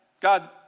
God